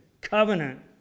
covenant